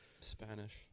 Spanish